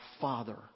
Father